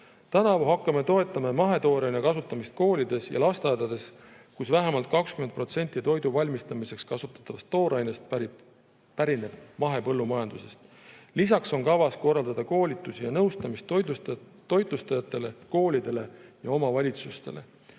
Tänavu hakkame toetama mahetooraine kasutamist koolides ja lasteaedades, kus vähemalt 20% toidu valmistamiseks kasutatavast toorainest pärineb mahepõllumajandusest. Lisaks on kavas korraldada koolitusi ja nõustamist toitlustajatele, koolidele ja omavalitsustele.